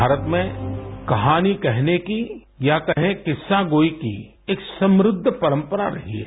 भारत में कहानी कहने की या कहें किस्सा गोई की एक समुद्ध परंपरा रही है